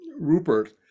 Rupert